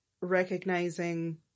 recognizing